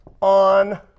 on